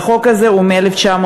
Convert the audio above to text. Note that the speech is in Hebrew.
והחוק הזה הוא מ-1971.